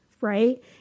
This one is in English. right